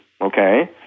okay